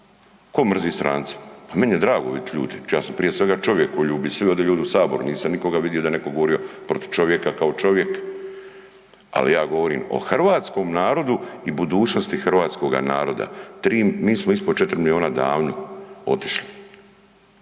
Ko mrzi strance? Pa meni je drago vidit ljude. Znači ja sam prije svega čovjek koji ljubi sve ovdje ljude u saboru, nisam nikoga vidio da je neko govorio protiv čovjeka kao čovjeka. Ali ja govorim o hrvatskom narodu i budućnosti hrvatskoga naroda, tri, mi smo ispod 4 milijuna davno otišli.